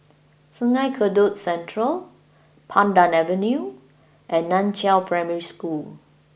Sungei Kadut Central Pandan Avenue and Nan Chiau Primary School